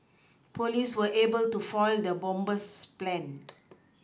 police were able to foil the bomber's plans